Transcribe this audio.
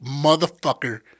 motherfucker